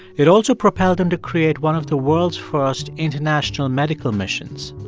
it also propelled him to create one of the world's first international medical missions.